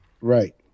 Right